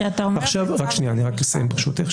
כשאתה אומר --- אני רק אסיים ברשותך.